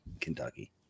Kentucky